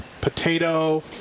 potato